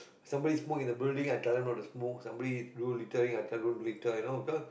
somebody smoke in the building I tell them not to smoke somebody do littering I tell them don't you know because